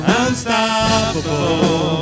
unstoppable